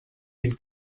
vint